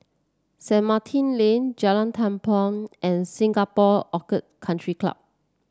Saint Martin Lane Jalan Tampang and Singapore Orchid Country Club